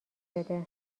شده